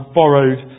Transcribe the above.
borrowed